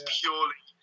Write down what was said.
purely